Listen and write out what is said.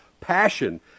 passion